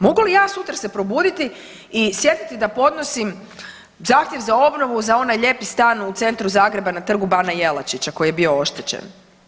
Mogu li ja sutra se probuditi i sjetiti da podnosim zahtjev za obnovu za onaj lijepi stan u centru Zagreba na Trgu bana Jelačića koji je bio oštećen?